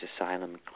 asylum